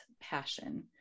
passion